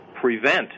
prevent